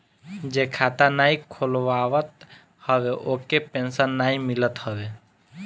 जे खाता नाइ खोलवावत हवे ओके पेंशन नाइ मिलत हवे